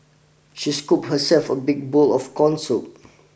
she scooped herself a big bowl of corn soup